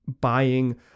buying